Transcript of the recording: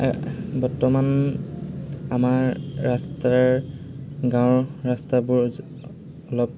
ব বৰ্তমান আমাৰ ৰাস্তাৰ গাঁৱৰ ৰাস্তাবোৰ অলপ